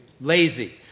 Lazy